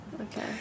okay